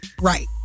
right